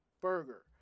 burger